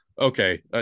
okay